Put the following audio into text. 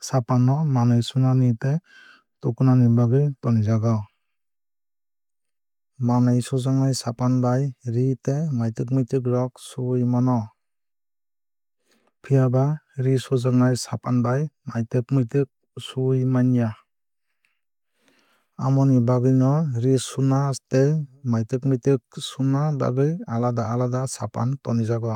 Sapan no manwui sunani tei tukunani bagwui tonijago. Manwui sujaknai sapan bai ree tei maitwk muitwk rok suwui mano. Phiaba ree sujaknai sapan bai maitwk muitwk suwui manya. Amoni bagwui no ree suna tei maitwk muitwk suna bagwui alada alada sapan tonijago.